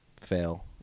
fail